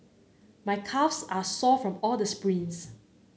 my calves are sore from all the sprints